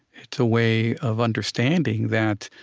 it's a way of understanding that,